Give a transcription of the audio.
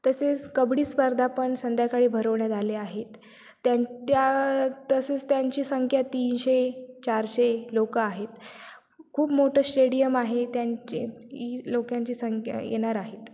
तसेच कबड्डी स्पर्धा पण संध्याकाळी भरवण्यात आले आहेत त्या त्या तसेच त्यांची संख्या तीनशे चारशे लोकं आहेत खूप मोठं शेडियम आहे त्यांचे लोकांची संख्या येणार आहेत